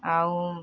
ଆଉ